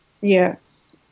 Yes